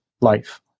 life